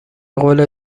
قول